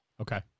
Okay